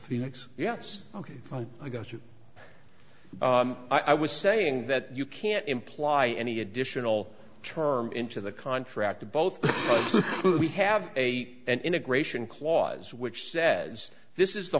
phoenix yes ok i got you i was saying that you can't imply any additional term into the contract to both we have a and integration clause which says this is the